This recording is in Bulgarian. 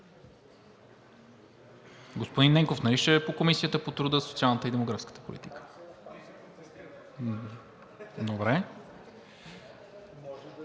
Господин Ненков, нали ще е за Комисията по труда, социалната и демографската политика?